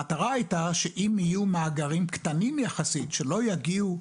המטרה הייתה שאם יהיו מאגרים קטנים יחסית שלא יגיעו,